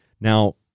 Now